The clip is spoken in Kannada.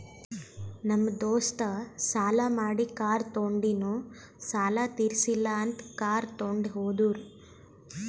ನಮ್ ದೋಸ್ತ ಸಾಲಾ ಮಾಡಿ ಕಾರ್ ತೊಂಡಿನು ಸಾಲಾ ತಿರ್ಸಿಲ್ಲ ಅಂತ್ ಕಾರ್ ತೊಂಡಿ ಹೋದುರ್